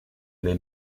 allé